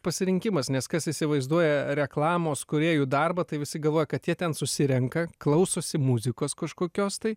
pasirinkimas nes kas įsivaizduoja reklamos kūrėjų darbą tai visi galvoja kad jie ten susirenka klausosi muzikos kažkokios tai